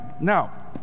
Now